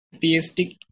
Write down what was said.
theistic